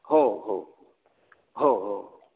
हो हो हो हो